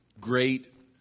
great